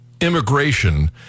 immigration